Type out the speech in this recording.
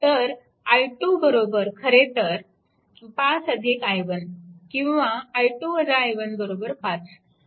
तर i2 खरेतर 5 i1 किंवा i2 i1 5